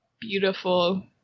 beautiful